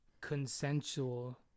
consensual